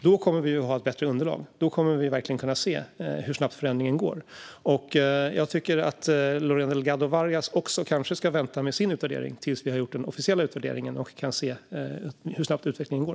Då kommer vi att ha ett bättre underlag och verkligen kunna se hur snabbt förändringen går. Jag tycker att Lorena Delgado Varas kanske också ska vänta med sin utvärdering tills vi har gjort den officiella utvärderingen och kan se hur snabbt utvecklingen går.